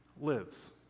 Lives